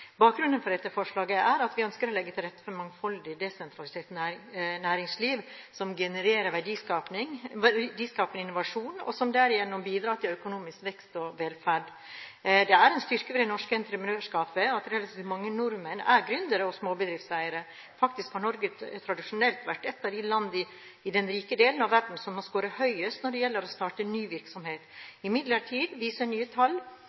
Bakgrunnen for dette forslaget er at vi ønsker å legge til rette for et mangfoldig og desentralisert næringsliv som genererer verdiskapende innovasjon, og som derigjennom bidrar til økonomisk vekst og velferd. Det er en styrke ved det norske entreprenørskapet at relativt mange nordmenn er gründere og småbedriftseiere. Faktisk har Norge tradisjonelt vært et av de land i den rike delen av verden som har scoret høyest når det gjelder å starte ny virksomhet. Imidlertid viser nye tall